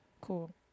cool